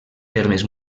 termes